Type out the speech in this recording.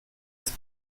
ist